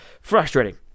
Frustrating